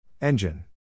Engine